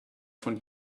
von